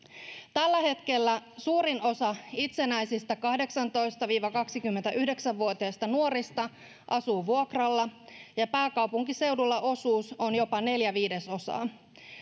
tällä hetkellä suurin osa itsenäisistä kahdeksantoista viiva kaksikymmentäyhdeksän vuotiaista nuorista asuu vuokralla ja pääkaupunkiseudulla osuus on jopa neljä viidesosaa